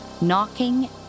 knocking